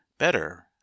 better